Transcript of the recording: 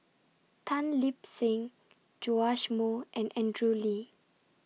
Tan Lip Seng Joash Moo and Andrew Lee